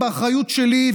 באחריות שלי,